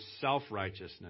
self-righteousness